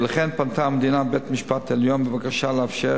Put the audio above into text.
ולכן פנתה המדינה אל בית-המשפט העליון בבקשה לאפשר